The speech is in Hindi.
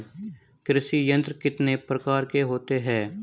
कृषि यंत्र कितने प्रकार के होते हैं?